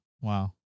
Wow